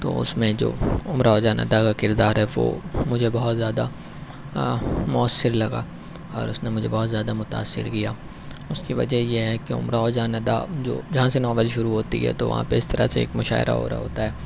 تو اس میں جو امراؤ جان ادا کا کردار ہے وہ مجھے بہت زیادہ مؤثر لگا اور اس نے مجھے بہت زیادہ متأثر کیا اس کی وجہ یہ ہے کہ امراؤ جان ادا جو جہاں سے ناول شروع ہوتی ہے تو وہاں پہ اس طرح سے ایک مشاعرہ ہو رہا ہوتا ہے